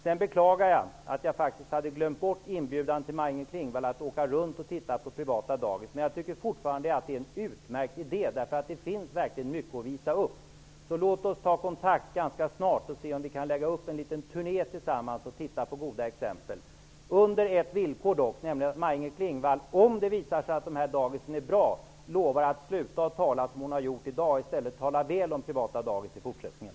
Jag beklagar att jag faktiskt hade glömt bort inbjudan till Maj-Inger Klingvall att åka runt och titta på privata dagis. Men jag tycker fortfarande att det är en utmärkt idé, därför att det finns verkligen mycket att visa upp. Så låt oss ganska snart ta kontakt för att se om vi kan lägga upp en liten turné tillsammans, där vi kan titta på goda exempel. Detta är dock förenat med ett villkor, nämligen att Maj-Inger Klingvall, om det visar sig att dessa dagis är bra, lovar att sluta tala som hon har gjort i dag och i stället talar väl om privata dagis i fortsättningen.